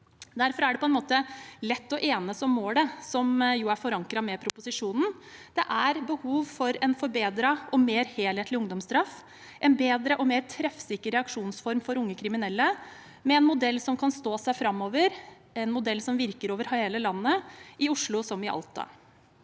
det på en måte lett å enes om målet, som er forankret med proposisjonen. Det er behov for en forbedret og mer helhetlig ungdomsstraff, en bedre og mer treffsikker reaksjonsform for unge kriminelle, med en modell som kan stå seg framover, en modell som virker over hele landet, i Oslo som i Alta.